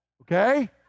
Okay